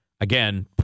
again